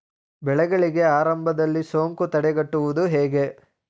ಬೆಳೆಗಳಿಗೆ ಆರಂಭದಲ್ಲಿ ಸೋಂಕು ತಡೆಗಟ್ಟುವುದು ಹೇಗೆ?